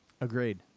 Agreed